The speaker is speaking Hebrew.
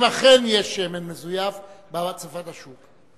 אם אכן יש שמן מזויף, באה הצפת השוק.